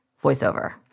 voiceover